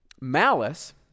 Malice